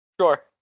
Sure